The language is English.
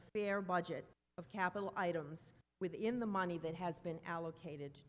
a fair budget of capital items within the money that has been allocated